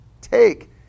take